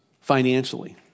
financially